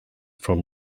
from